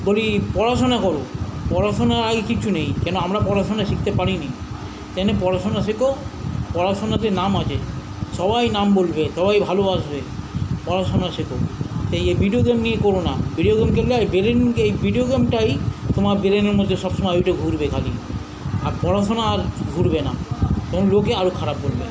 বলি পড়াশোনা করো পড়াশোনার আগে কিচ্ছু নেই কেন আমরা পড়াশোনা শিখতে পারিনি তাই জন্যে পড়াশোনা শেখো পড়াশোনাতে নাম আছে সবাই নাম বলবে সবাই ভালোবাসবে পড়াশোনা শেখো তাই এই ভিডিও গেম নিয়ে করো না ভিডিও গেম খেললে এই ব্রেন এই ভিডিও গেমটাই তোমার ব্রেনের মধ্যে সবসময় ওইটা ঘুরবে খালি আর পড়াশোনা আর ঘুরবে না তখন লোকে আরও খারাপ বলবে